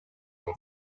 own